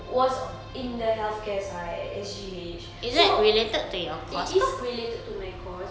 was in the healthcare side at S_G_H so it is related to my course